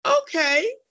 okay